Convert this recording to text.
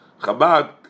Chabad